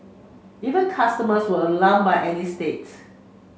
even customers were alarmed by Annie states